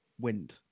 wind